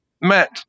matt